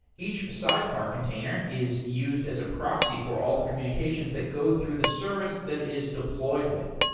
each sidecar container is used as a proxy for all the communications that go through the service that is deployed with.